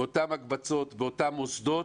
באותן הקבוצות, באותן מוסדות